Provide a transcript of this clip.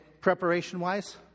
Preparation-wise